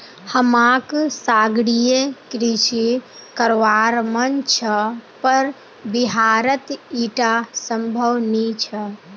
हमाक सागरीय कृषि करवार मन छ पर बिहारत ईटा संभव नी छ